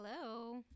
Hello